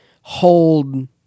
...hold